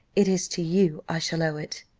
it is to you i shall owe it.